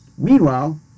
Meanwhile